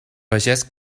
pagès